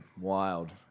Wild